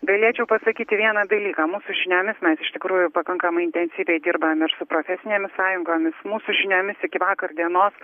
galėčiau pasakyti vieną dalyką mūsų žiniomis mes iš tikrųjų pakankamai intensyviai dirbam ir su profesinėmis sąjungomis mūsų žiniomis iki vakar dienos